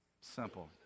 Simple